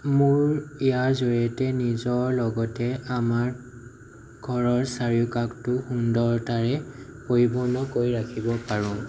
মোৰ ইয়াৰ জৰিয়তে নিজৰ লগতে আমাৰ ঘৰৰ চাৰিওকাষটো সুন্দৰতাৰে পৰিপূৰ্ণ কৰি ৰাখিব পাৰোঁ